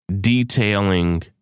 detailing